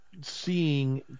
seeing